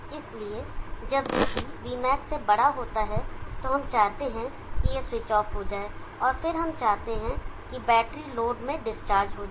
इसलिए जब vB vmax से बड़ा होता है तो हम चाहते हैं कि यह स्विच ऑफ हो जाए और फिर हम चाहते हैं कि बैटरी लोड में डिस्चार्ज हो जाए